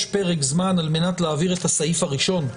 יש פרק זמן על מנת להבהיר את הסעיף הראשון.